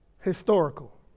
Historical